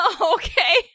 Okay